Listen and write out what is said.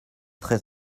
très